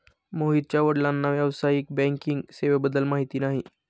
मोहितच्या वडिलांना व्यावसायिक बँकिंग सेवेबद्दल माहिती नाही